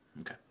Okay